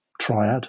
triad